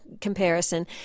comparison